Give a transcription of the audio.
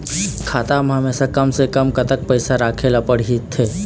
खाता मा हमेशा कम से कम कतक पैसा राखेला पड़ही थे?